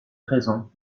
raison